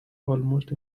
almost